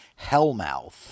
hellmouth